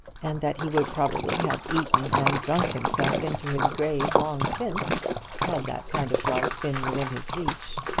and that he would probably have eaten and drunk himself into his grave long since had that kind of life been within his reach.